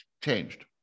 changed